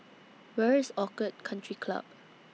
Where IS Orchid Country Club